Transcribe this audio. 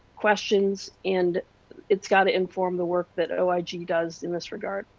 questions, and it's got to inform the work that oig does in this regard.